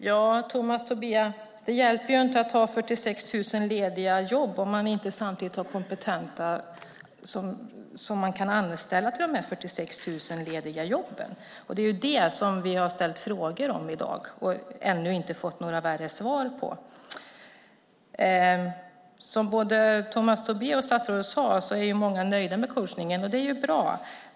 Fru talman! Det hjälper inte, Tomas Tobé, att ha 46 000 lediga jobb om det inte samtidigt finns kompetenta att anställa till de lediga jobben. Det är om detta vi har ställt frågor i dag och ännu inte fått några svar på. Tomas Tobé och statsrådet sade att många är nöjda med coachningen. Det är bra.